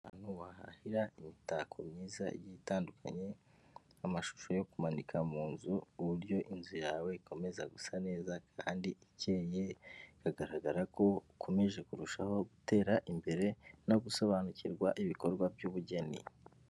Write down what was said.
Ahantu wahahira imitako myiza igiye itandukanye, amashusho yo kumanika mu nzu, uburyo inzu yawe ikomeza gusa neza kandi ikeye, bikagaragara ko ukomeje kurushaho gutera imbere, no gusobanukirwa ibikorwa by'ubugeni.